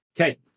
Okay